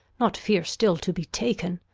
not fear still to be taken.